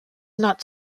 not